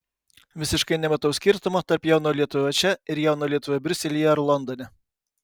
visiškai nematau skirtumo tarp jauno lietuvio čia ir jauno lietuvio briuselyje ar londone